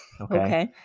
Okay